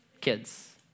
Kids